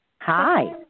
Hi